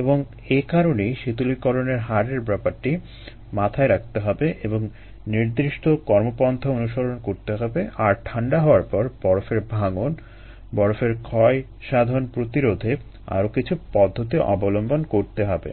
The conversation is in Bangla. এবং এ কারণেই শীতলীকরণের হারের ব্যাপারটি মাথায় রাখতে হবে এবং নির্দিষ্ট কর্মপন্থা অনুসরণ করতে হবে আর ঠান্ডা হওয়ার পর বরফের ভাঙ্গন বরফের ক্ষয়সাধন প্রতিরোধে আরো কিছু পদ্ধতি অবলম্বন করতে হবে